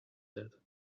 that